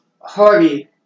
Harvey